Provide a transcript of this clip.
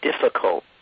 difficult